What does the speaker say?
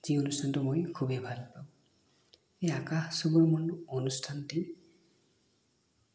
সেই অনুষ্ঠানটো মই খুবেই ভাল পাওঁ এই আকাশ চুবৰ মন অনুষ্ঠানটিত